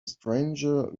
stranger